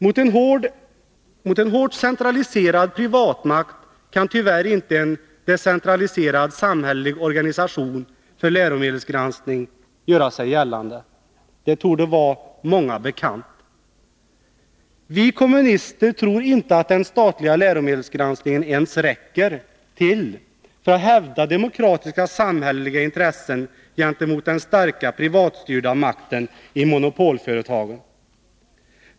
Mot en hårt centraliserad privatmakt kan tyvärr inte en decentraliserad samhällelig organisation för läromedelsgranskning göra sig gällande. Det torde vara många bekant. Vi kommunister tror inte att den statliga läromedelsgranskningen ens räcker till för att hävda demokratiska, samhälleliga intressen gentemot den starka privatstyrda makten i monopolföretagen.